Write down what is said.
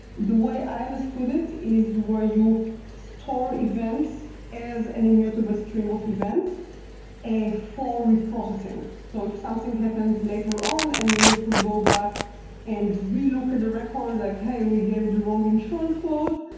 the way i understood it is where you store events as an immutable stream of events for reprocessing. so if something happens later on and you need to go back and relook at the record, like, hey, we gave the wrong insurance quote,